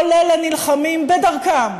כל אלה נלחמים בדרכם,